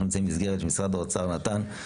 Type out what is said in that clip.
אנחנו נמצאים במסגרת שמשרד האוצר נתן,